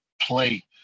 play